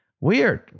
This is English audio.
Weird